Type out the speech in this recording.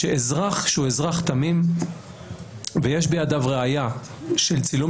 אזרח שהוא אזרח תמים ויש בידיו ראיה של צילום